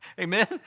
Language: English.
Amen